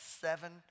seven